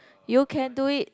you can do it